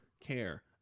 care